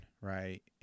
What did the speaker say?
right